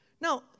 Now